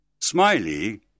Smiley